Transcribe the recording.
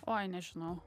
oi nežinau